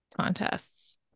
contests